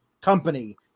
company